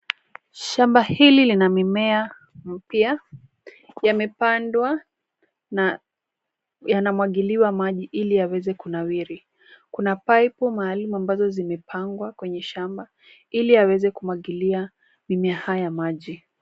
Shamba hili lina mimea mpya yamepandwa na yanamwagiliwa maji ili yaweze kunawiri kuna pipe maalum ambazo zimepangwa kwenye shamba ili aweze kumwagilia mimea haya maji.